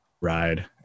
ride